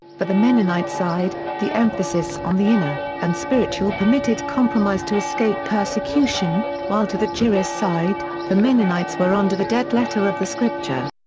but the mennonite side, the emphasis on the inner and spiritual permitted compromise to escape persecution, while to the joris side, the mennonites were under the dead letter of the scripture.